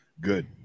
Good